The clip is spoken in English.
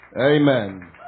Amen